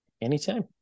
anytime